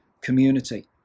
community